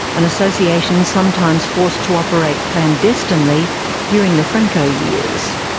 an association sometimes forced to operate clandestinely during the franco years.